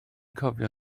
cofio